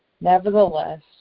Nevertheless